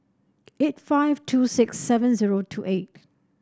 eight five two six seven zero two eight